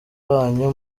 banyu